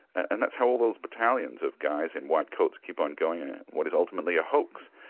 and that's how all those battalions of guys in white coats keep on going in what is ultimately a hoax.